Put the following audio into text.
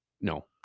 No